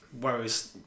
Whereas